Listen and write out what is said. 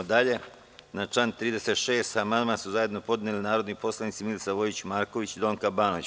Na član 36. amandman su zajedno podneli narodni poslanici Milica Vojić Marković i Donka Banović.